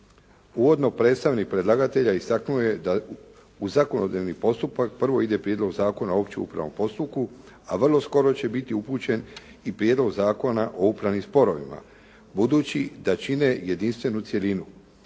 Uvodno predstavnik predlagatelja istaknuo je da u zakonodavni postupak prvo ide Prijedlog zakona o općem upravnom postupku, a vrlo skoro će biti upućen i Prijedlog zakona o upravnim sporovima budući da čine jedinstvenu cjelinu.